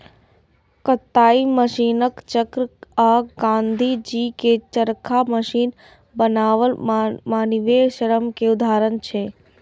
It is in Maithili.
कताइ मशीनक चक्र आ गांधीजी के चरखा मशीन बनाम मानवीय श्रम के उदाहरण छियै